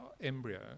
embryo